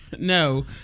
No